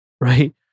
right